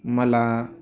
मला